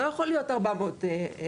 הוא לא יכול להיות 400 משפחות.